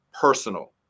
personal